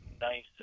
nice